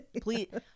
Please